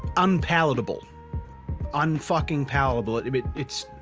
unpalatable un-fuckin palpable it's